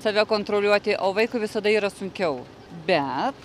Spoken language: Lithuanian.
save kontroliuoti o vaikui visada yra sunkiau bet